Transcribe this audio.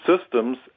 systems